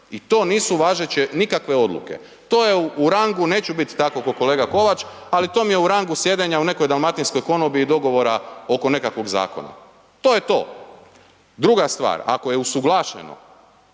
I to nisu važeće nikakve odluke. To je u rangu, neću biti tako kao kolega Kovač, ali to mi je u rangu sjedenja u nekoj dalmatinskoj konobi i dogovora oko nekakvog zakona. To je to. Druga stvar, ako je usuglašeno,